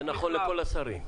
זה נכון לכל השרים.